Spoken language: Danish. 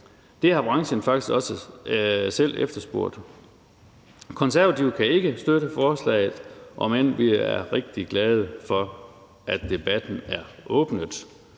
Det har branchen faktisk også selv efterspurgt. Konservative kan ikke støtte forslaget, om end vi er rigtig glade for, at debatten er åbnet.